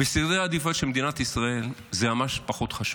בסדרי העדיפויות של מדינת ישראל זה ממש פחות חשוב.